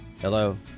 Hello